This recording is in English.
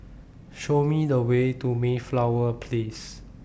Show Me The Way to Mayflower Place